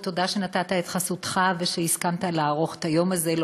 ותודה שנתת את חסותך ושהסכמת לערוך את היום הזה,